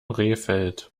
rehfeld